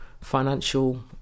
financial